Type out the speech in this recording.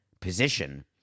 position